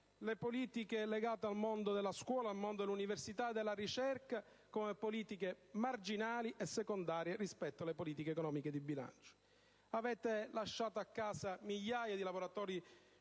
le politiche legate al mondo della scuola, dell'università e della ricerca come marginali e secondarie rispetto alle politiche economiche e di bilancio. Avete lasciato a casa migliaia di lavoratori